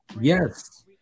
Yes